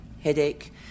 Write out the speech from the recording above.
headache